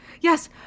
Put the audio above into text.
yes